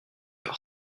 par